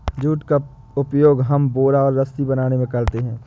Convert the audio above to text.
jute का उपयोग हम बोरा और रस्सी बनाने में करते हैं